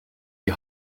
die